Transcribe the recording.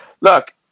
look